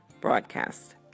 broadcast